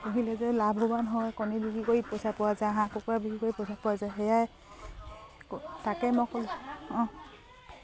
পুহিলে যে লাভৱান হয় কণী বিক্ৰী কৰি পইচা পোৱা যায় হাঁহ কুকুৰা বিক্ৰী কৰি পইচা পোৱা যায় সেয়াই তাকে মই ক'লোঁ অঁ